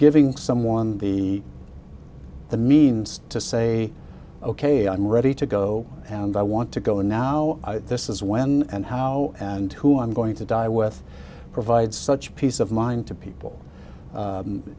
giving someone the the means to say ok i'm ready to go and i want to go now this is when and how and who i'm going to die with provide such peace of mind to people